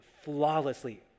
flawlessly